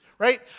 right